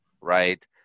right